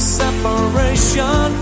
separation